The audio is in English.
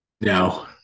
No